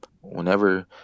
whenever